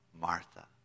Martha